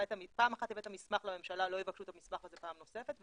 פעם אחת הבאת מסמך לממשלה לא יבקשו את המסמך הזה פעם נוספת.